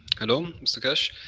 hello, mr. keshe.